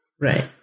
Right